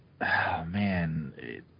man